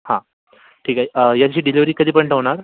हां ठीक आहे याची डिलेव्हरी कधीपर्यंत होणार